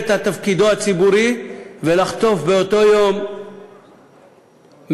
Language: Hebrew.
תפקידו הציבורי ולחטוף באותו יום מאות,